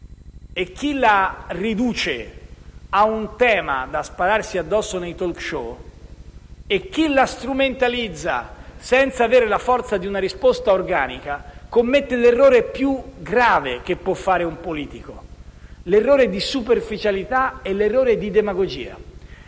la riduce ad un tema da "spararsi addosso" nei *talk show*, la strumentalizza senza avere la forza di una risposta organica, commette l'errore più grave che può fare un politico: un errore di superficialità e di demagogia.